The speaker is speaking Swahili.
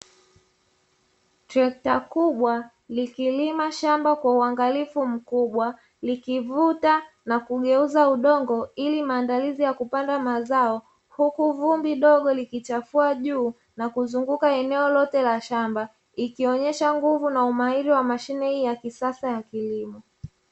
Trekta kubwa likilima shamba kwa uangalifu mkubwa likivuta na kugeuza udongo, ili maandalizi ya kupanda mazao huku vumbi dogo likichafua juu na kuzunguka eneo lote la shamba ikionyesha nguvu na umahiri wa mashine hii ya kisasa ya kilimo.